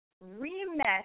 re-met